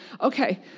Okay